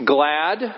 Glad